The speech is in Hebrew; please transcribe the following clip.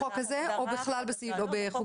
בחוק הזה או בכלל בחוקים?